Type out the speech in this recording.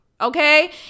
okay